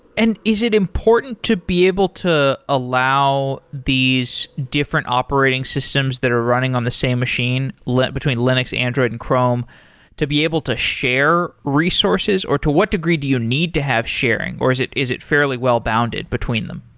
and is it important to be able to be allow these different operating systems that are running on the same machine between linux, android and chrome to be able to share resources? or to what degree do you need to have sharing, or is it is it fairly well bounded between them?